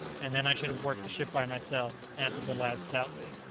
and then i should have worked the ship by myself, answered the lad stoutly.